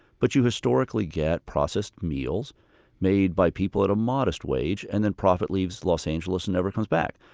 but you historically get processed meals made by people at a modest wage. and then profit leaves los angeles and never comes back.